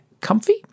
Comfy